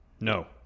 No